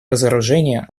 разоружение